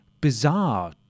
bizarre